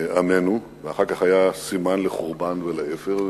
עמנו ואחר כך היה סימן לחורבן ולאפר.